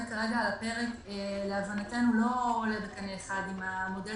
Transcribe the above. כרגע על הפרק להבנתנו לא עולה בקנה אחד עם המודל